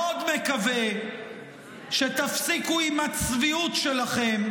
מאוד מקווה שתפסיקו עם הצביעות שלכם,